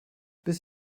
bis